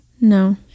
No